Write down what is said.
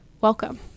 Welcome